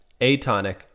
atonic